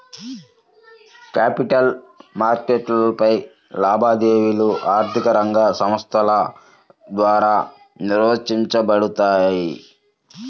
capital మార్కెట్లపై లావాదేవీలు ఆర్థిక రంగ సంస్థల ద్వారా నిర్వహించబడతాయి